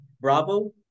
Bravo